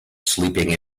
sleeping